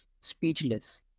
speechless